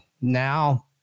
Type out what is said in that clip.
now